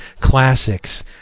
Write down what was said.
classics